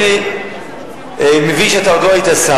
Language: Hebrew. אני מבין שאתה עוד לא היית שר,